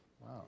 Wow